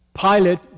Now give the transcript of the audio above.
Pilate